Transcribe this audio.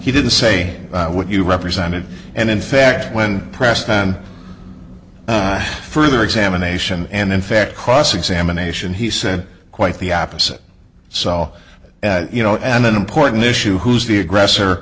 he didn't say what you represented and in fact when pressed on further examination and in fact cross examination he said quite the opposite so you know an important issue who's the aggressor